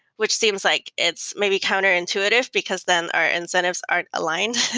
which seems like it's maybe counterintuitive, because then our incentives are aligned.